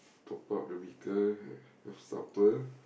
top up the vehicle have supper